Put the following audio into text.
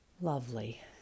Lovely